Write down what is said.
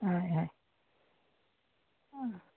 হয় হয় অঁ